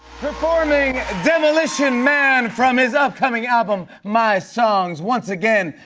performing demolition man from his upcoming album my songs once again,